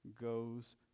goes